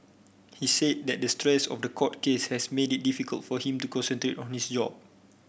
he said that the stress of the court case has made it difficult for him to on his job